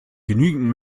genügend